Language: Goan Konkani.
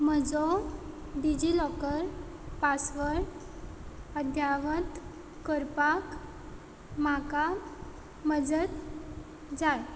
म्हजो डिजिलॉकर पासवर्ड अध्यावत करपाक म्हाका मजत जाय